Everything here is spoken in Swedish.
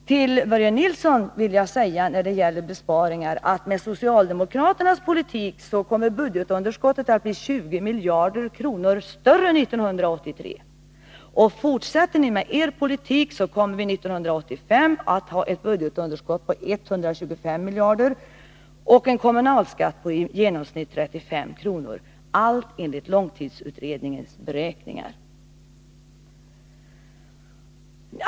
När det gäller besparingar vill jag säga till Börje Nilsson att budgetunderskottet 1983 skulle vara 20 miljarder kronor större än i år med en socialdemokratisk politik. Med den politiken kommer vi år 1985 att ha ett budgetunderskott på 125 miljarder kronor och en genomsnittlig kommunalskatt på 35 kr. allt enligt långtidsutredningens beräkningar.